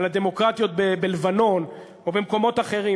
על הדמוקרטיות בלבנון או במקומות אחרים.